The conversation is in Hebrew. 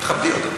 תכבדי אותו.